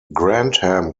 grantham